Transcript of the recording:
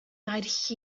naill